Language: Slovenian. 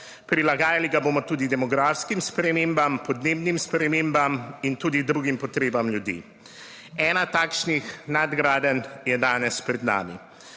Prilagajali ga bomo tudi demografskim spremembam, podnebnim spremembam in tudi drugim potrebam ljudi. Ena takšnih nadgradenj je danes pred nami.